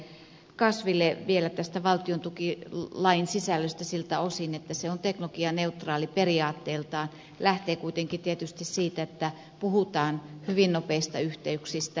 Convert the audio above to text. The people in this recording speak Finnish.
kasville vielä tästä valtiontukilain sisällöstä siltä osin että se on teknologianeutraali periaatteeltaan lähtee kuitenkin tietysti siitä että puhutaan hyvin nopeista yhteyksistä